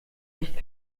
nicht